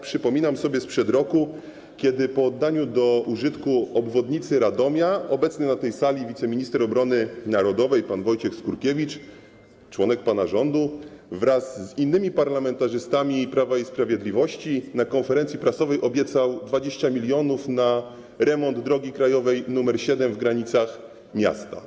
Przypominam sobie, że przed rokiem, po oddaniu do użytku obwodnicy Radomia obecny na tej sali wiceminister obrony narodowej pan Wojciech Skurkiewicz, członek pana rządu, wraz z innymi parlamentarzystami Prawa i Sprawiedliwości, na konferencji prasowej obiecał 20 mln na remont drogi krajowej nr 7 w granicach miasta.